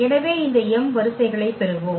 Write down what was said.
எனவே இந்த m வரிசைகளைப் பெறுவோம்